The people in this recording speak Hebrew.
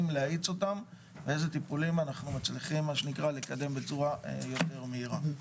להאיץ ואילו טיפולים אנחנו מצליחים לקדם בצורה מהירה יותר.